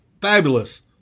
fabulous